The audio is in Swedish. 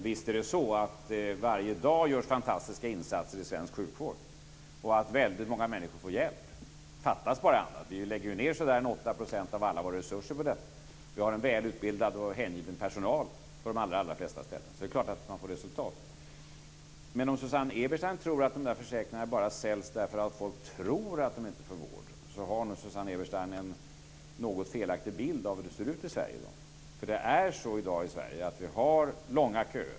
Fru talman! Visst görs det fantastiska insatser varje dag i svensk sjukvård. Väldigt många människor får hjälp. Fattas bara annat - vi lägger ju ned sådär en 8 % av alla våra resurser på sjukvården! Vi har en välutbildad och hängiven personal på de allra flesta ställen, så det är klart att man får resultat. Men om Susanne Eberstein tror att försäkringarna bara säljs därför att folk tror att de inte får vård så har hon nog en något felaktig bild av hur det ser ut i Sverige i dag. I dag har vi nämligen långa köer i Sverige.